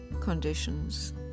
conditions